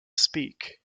speak